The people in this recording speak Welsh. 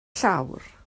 llawr